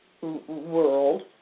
world